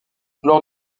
lors